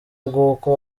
bw’uko